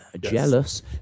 jealous